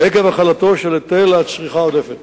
עקב החלתו של היטל הצריכה העודפת.